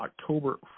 October